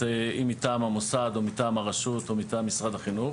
אם מטעם המוסד או מטעם הרשות או מטעם משרד החינוך,